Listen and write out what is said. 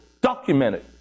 documented